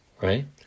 right